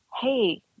hey